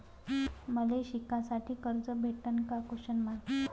मले शिकासाठी कर्ज भेटन का?